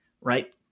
Right